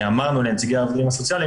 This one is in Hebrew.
אמרנו לנציגי העובדים הסוציאליים